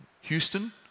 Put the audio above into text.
Houston